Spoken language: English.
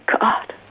God